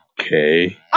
Okay